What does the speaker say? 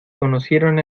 conocieron